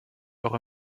auch